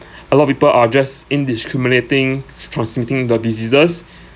a lot of people are just indiscriminating transmitting the diseases